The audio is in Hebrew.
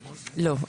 לא.